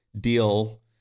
deal